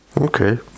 Okay